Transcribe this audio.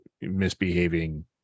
misbehaving